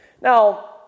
Now